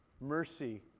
mercy